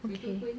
okay